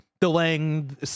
delaying